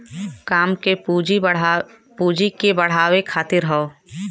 काम के पूँजी के बढ़ावे खातिर हौ